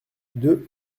deux